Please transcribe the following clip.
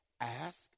ask